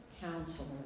counselor